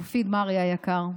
מופיד מרעי היקר,